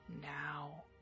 now